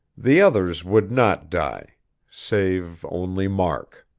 the others would not die save only mark.